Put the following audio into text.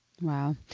Wow